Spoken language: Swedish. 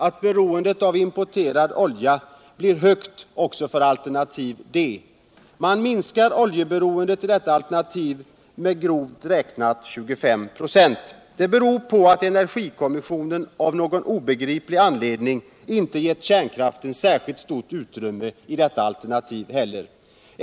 att beroendet av importerad olja blir högt också för alternativ D. Man minskar oljeberoendet i detta alternativ med grovt räknat 25 26. Det beror på att energikommissionen uv obegriplig anledning inte gett kärnkraften särskilt stort utrymme i detta alternativ heller.